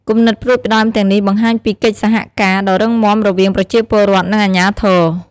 គំនិតផ្តួចផ្តើមទាំងនេះបង្ហាញពីកិច្ចសហការដ៏រឹងមាំរវាងប្រជាពលរដ្ឋ និងអាជ្ញាធរ។